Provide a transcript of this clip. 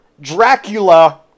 Dracula